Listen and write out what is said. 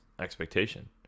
expectation